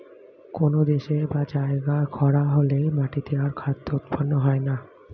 কোন দেশে বা জায়গায় খরা হলে মাটিতে আর খাদ্য উৎপন্ন হয় না